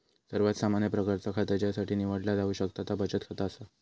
सर्वात सामान्य प्रकारचा खाता ज्यासाठी निवडला जाऊ शकता त्या बचत खाता असा